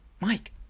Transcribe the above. Mike